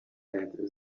that